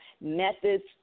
methods